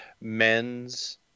men's